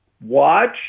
Watch